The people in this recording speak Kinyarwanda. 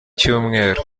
cyumweru